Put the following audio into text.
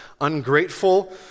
ungrateful